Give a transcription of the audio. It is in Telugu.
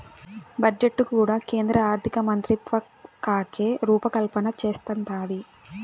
బడ్జెట్టు కూడా కేంద్ర ఆర్థికమంత్రిత్వకాకే రూపకల్పన చేస్తందాది